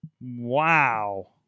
Wow